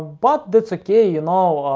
but that's okay, you know,